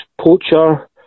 poacher